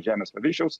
žemės paviršiaus